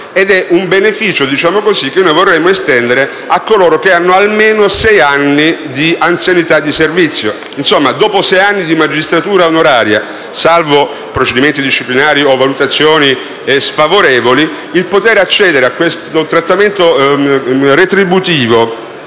È un beneficio, diciamo così, che noi vorremmo estendere a coloro che hanno almeno sei anni di anzianità di servizio. Insomma, dopo sei anni di magistratura onoraria, salvo procedimenti disciplinari o valutazioni sfavorevoli, il poter accedere a questo trattamento retributivo